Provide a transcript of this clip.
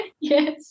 yes